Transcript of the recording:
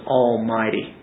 almighty